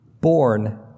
born